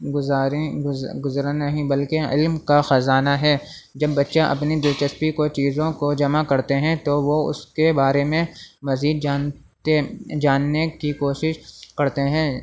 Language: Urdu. گزاری گزرا نہیں بلکہ علم کا خزانہ ہے جب بچہ اپنی دلچسپی کو چیزوں کو جمع کرتے ہیں تو وہ اس کے بارے میں مزید جانتے جاننے کی کوشش کرتے ہیں